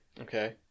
Okay